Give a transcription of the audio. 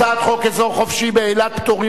הצעת חוק אזור חופשי באילת (פטורים